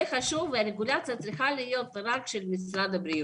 זה חשוב והרגולציה צריכה להיות רק של משרד הבריאות.